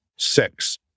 six